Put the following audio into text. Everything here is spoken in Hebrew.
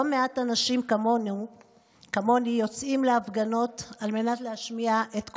לא מעט נשים כמוני יוצאות להפגנות על מנת להשמיע את קולן,